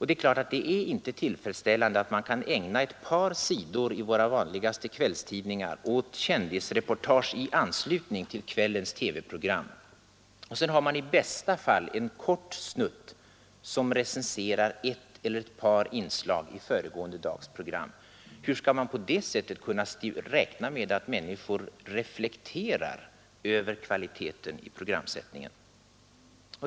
Det är naturligtvis inte tillfredsställande att våra vanligaste kvällstidningar ägnar ett par sidor åt kändisreportage i anslutning till kvällens TV-program men i bästa fall har en kort snutt där ett eller ett par inslag i föregående dags program recenseras. Hur skall man på det sättet kunna räkna med att människor reflekterar över kvaliteten i programsättningen?